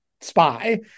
spy